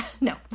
no